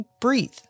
Breathe